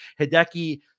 Hideki